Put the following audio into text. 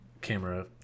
camera